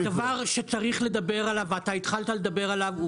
והדבר שצריך לדבר עליו ואתה התחלת לדבר עליו הוא